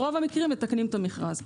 ברוב המקרים מתקנים את המכרז.